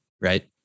right